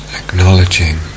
acknowledging